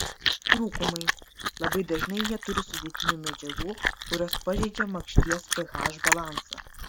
trūkumai labai dažnai jie turi sudėtinių medžiagų kurios pažeidžia makšties ph balansą